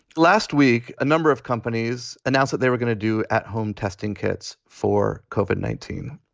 last week, a number of companies announced that they were going to do at home testing kits for koven, nineteen.